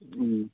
ꯎꯝ